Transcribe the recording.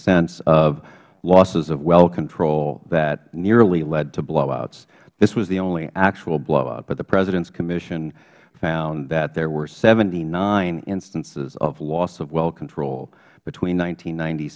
sense of losses of well control that nearly led to blowouts this was the only actual blowout but the president's commission found that there were seventy nine instances of loss of well control between